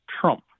Trump